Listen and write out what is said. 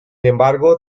embargo